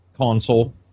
console